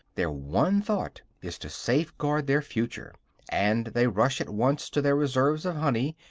their one thought is to safeguard their future and they rush at once to their reserves of honey,